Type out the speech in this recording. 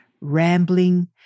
rambling